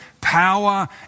power